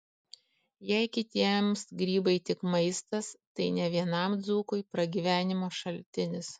jei kitiems grybai tik maistas tai ne vienam dzūkui pragyvenimo šaltinis